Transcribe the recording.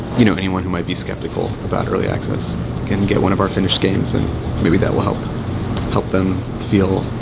you know, anyone who might be skeptical about early access can get one of our finished games, and maybe that will help them help them feel